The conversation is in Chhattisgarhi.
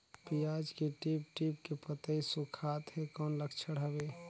पियाज के टीप टीप के पतई सुखात हे कौन लक्षण हवे?